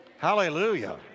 hallelujah